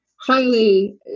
highly